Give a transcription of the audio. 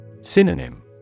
Synonym